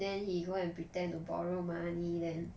then he go and pretend to borrow money then